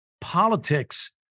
politics